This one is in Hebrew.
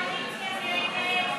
קואליציה נגד,